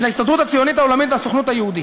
של ההסתדרות הציונית העולמית והסוכנות היהודית.